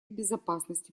безопасности